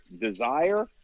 desire